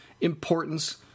importance